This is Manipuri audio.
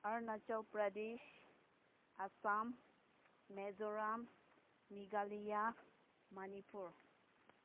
ꯑꯥꯔꯨꯅꯥꯆꯜ ꯄ꯭ꯔꯗꯦꯁ ꯑꯥꯁꯥꯝ ꯃꯦꯖꯣꯔꯥꯝ ꯃꯦꯒꯥꯂꯌꯥ ꯃꯅꯤꯄꯨꯔ